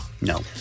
No